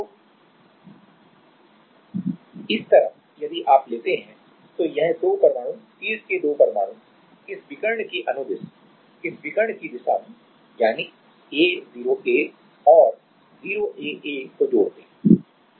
तो इस तरफ यदि आप लेते हैं तो यह 2 परमाणु शीर्ष के 2 परमाणु इस विकर्ण के अनुदिश इस विकर्ण की दिशा में यानी a 0 a और 0 a a को जोड़ते हैं